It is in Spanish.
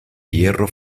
hierro